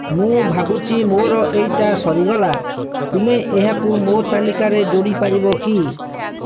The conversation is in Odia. ମୁଁ ଭାବୁଛି ମୋର ଏଇଟା ସରିଗଲା ତୁମେ ଏହାକୁ ମୋ ତାଲିକାରେ ଯୋଡ଼ିପାରିବ କି